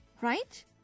Right